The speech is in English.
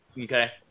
Okay